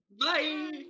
Bye